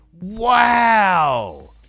Wow